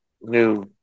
new